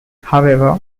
however